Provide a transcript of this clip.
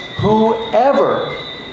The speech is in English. whoever